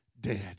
dead